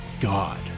god